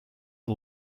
are